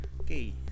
Okay